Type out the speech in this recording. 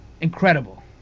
Incredible